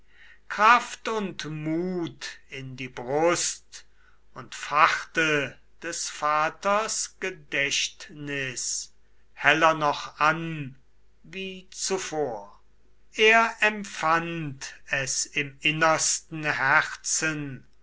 kraft und mut in die brust und fachte des vaters gedächtnis heller noch an wie zuvor er empfand es im innersten herzen